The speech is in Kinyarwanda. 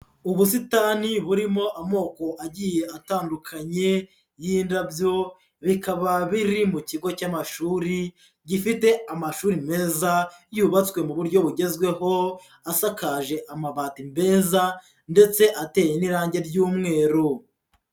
Ubusitani burimo amoko agiye atandukanye y'indabyo bikaba biri mu kigo cy'amashuri gifite amashuri meza, yubatswe mu buryo bugezweho, asakaje amabati meza ndetse ateye n'irange ry'umweru.